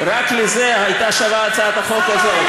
רק בשביל זה הייתה שווה הצעת החוק הזאת.